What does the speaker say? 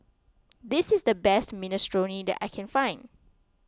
this is the best Minestrone that I can find